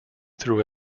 through